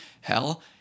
hell